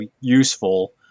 useful